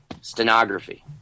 stenography